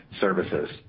Services